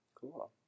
Cool